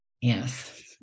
Yes